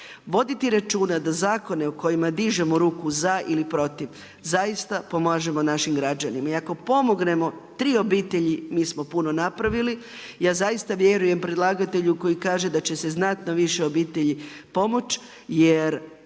Voditi računa da zakone o kojima dižemo ruku za ili protiv zaista pomažemo našim građanima. I ako pomognemo tri obitelji mi smo puno napravili. Ja zaista vjerujem predlagatelju koji kaže da će se znatno više obitelji pomoći, jer